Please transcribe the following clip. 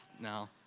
now